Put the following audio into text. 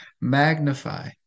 magnify